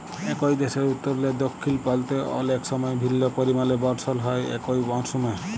একই দ্যাশের উত্তরলে দখ্খিল পাল্তে অলেক সময় ভিল্ল্য পরিমালে বরসল হ্যয় একই মরসুমে